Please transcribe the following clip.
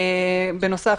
בנוסף,